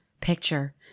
picture